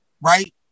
right